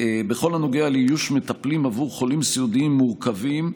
בכל הנוגע לאיוש מטפלים עבור חולים סיעודיים מורכבים,